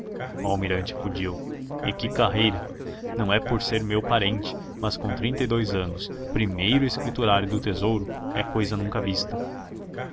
o almirante acudiu e que carreira não é por ser meu parente mas com trinta e dois anos primeiro escriturário do tesouro é cousa nunca vista